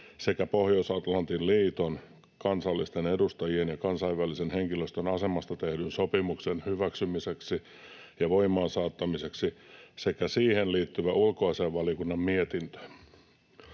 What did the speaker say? sekä Pohjois-Atlantin liiton, kansallisten edustajien ja kansainvälisen henkilöstön asemasta tehdyn sopimuksen hyväksymiseksi ja voimaansaattamiseksi sekä siihen liittyvä ulkoasiainvaliokunnan mietintö.